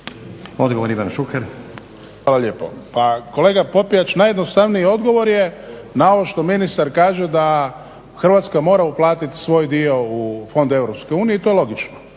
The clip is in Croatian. **Šuker, Ivan (HDZ)** Hvala lijepo. Pa kolega Popijač najjednostavniji odgovor je na ovo što ministar kaže da Hrvatska mora uplatiti svoj dio u fond u EU i to je logično.